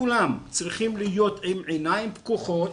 כולם צריכים להיות עם עיניים פקוחות,